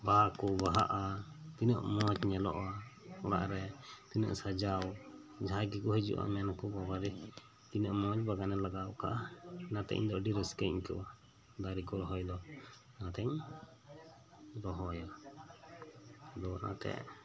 ᱵᱟᱦᱟ ᱠᱚ ᱵᱟᱦᱟᱜᱼᱟᱛᱤᱱᱟᱹᱜ ᱢᱚᱸᱡᱽ ᱧᱮᱞᱚᱜᱼᱟ ᱚᱲᱟᱜ ᱨᱮ ᱛᱤᱱᱟᱹᱜ ᱥᱟᱡᱟᱣ ᱡᱟᱦᱟᱸᱭ ᱜᱮᱠᱚ ᱦᱤᱡᱩᱜᱼᱟ ᱢᱮᱱᱟᱠᱚ ᱵᱟᱵᱟᱨᱮ ᱛᱤᱱᱟᱹᱜ ᱢᱚᱸᱡᱽ ᱵᱟᱜᱟᱱᱮ ᱞᱟᱜᱟᱣ ᱠᱟᱜᱼᱟ ᱚᱱᱟ ᱛᱮ ᱤᱧ ᱫᱚ ᱟᱰᱤ ᱨᱟᱹᱥᱠᱟᱹᱧ ᱟᱹᱭᱠᱟᱹᱣᱟ ᱫᱟᱨᱮ ᱠᱚ ᱨᱚᱦᱚᱭ ᱫᱚ ᱚᱱᱟᱛᱮᱧ ᱨᱚᱦᱚᱭᱟ ᱫᱚᱦᱲᱟᱛᱮ